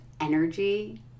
energy